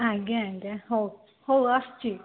ଆଜ୍ଞା ଆଜ୍ଞା ହଉ ହଉ ଆସୁଛି